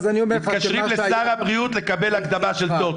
מתקשרים לשר הבריאות לקבל הקדמה של תור.